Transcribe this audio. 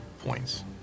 points